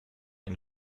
ein